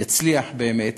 יצליח באמת